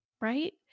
right